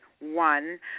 One